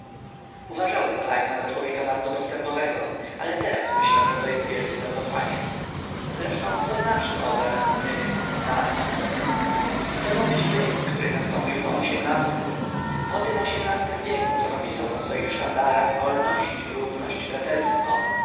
uważałem klejna za człowieka bardzo postępowego ale teraz myślę że to jest wielki zacofaniec zresztą co znaczy owe my nas i to ma być wiek który nastąpił po xviii-tym po tym xviii-tym wieku co napisał na swoich sztandarach wolność równość braterstwo